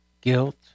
guilt